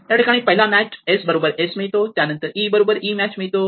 या ठिकाणी पहिला मॅच s बरोबर s मिळतो त्यानंतर e बरोबर e मॅच मिळतो